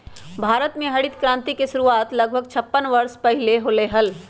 भारत में हरित क्रांति के शुरुआत लगभग छप्पन वर्ष पहीले होलय हल